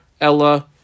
ella